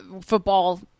football